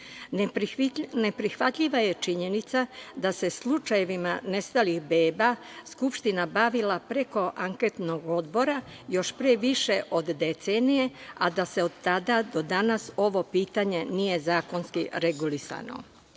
javnosti. Neprihvatljiva je činjenica da se slučajevima nestalih beba Skupština bavila preko anketnog odbora još pre više od decenije, a da se od tada do danas ovo pitanje nije zakonski regulisalo. Neophodno